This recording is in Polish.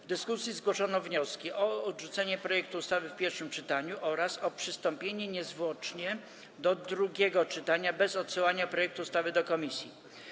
W dyskusji zgłoszono wnioski o odrzucenie projektu ustawy w pierwszym czytaniu oraz o przystąpienie niezwłocznie do drugiego czytania bez odsyłania projektu ustawy do komisji.